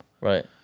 Right